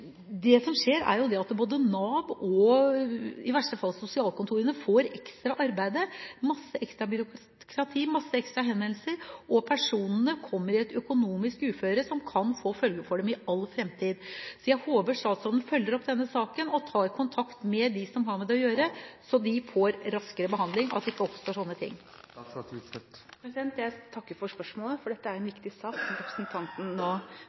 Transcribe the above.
Det som skjer er at Nav og i verste fall også sosialkontorene får ekstra arbeid, masse ekstra byråkrati og masse ekstra henvendelser, og personene kommer i et økonomisk uføre som kan få følger for dem i all fremtid. Så jeg håper statsråden følger opp denne saken og tar kontakt med dem som har med det å gjøre, så de får raskere behandling – at det ikke oppstår sånne ting. Jeg takker for spørsmålet, for det er en viktig sak representanten